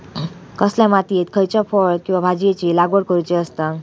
कसल्या मातीयेत खयच्या फळ किंवा भाजीयेंची लागवड करुची असता?